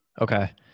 Okay